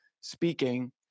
speaking